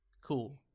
cool